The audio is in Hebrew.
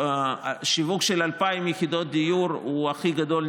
השיווק של 2,000 יחידות דיור הוא הכי גדול,